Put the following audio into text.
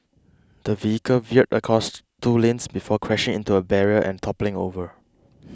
the vehicle veered a costs two lanes before crashing into a barrier and toppling over